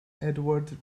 edward